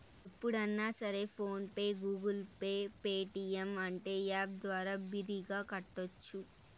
ఎప్పుడన్నా సరే PhonePe Google Pay Paytm అంటే యాప్ ద్వారా బిరిగ్గా కట్టోచ్చు